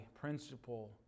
principle